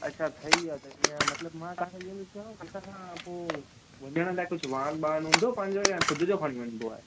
अच्छा ठही वियो आहे ईअं मतिलबु तव्हांखे ईअं थो चवां हितां खां पोइ वञण लाइ कुझु वाहन बाहन हूंदो पंहिंजो या ख़ुदि जो खणी वञिबो आहे